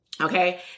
Okay